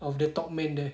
of the top man there